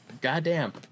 goddamn